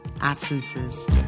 absences